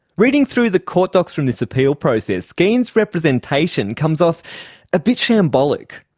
reading through the court docs from this appeal process, geen's representation comes off a bit shambolic.